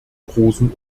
großen